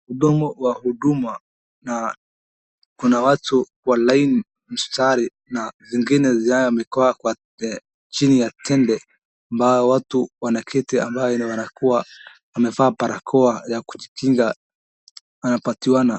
Mhudumu wa huduma na kuna watu kwa laini, mstari na wengine ambao wamekaa chini ya tende ambayo watu wanaketi ambao wanakuwa wamevaa barakoa ya kujikinga wanapatiana.